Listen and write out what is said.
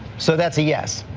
so that's a yes?